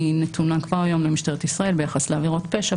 היא נתונה כבר היום למשטרת ישראל ביחס לעבירות פשע,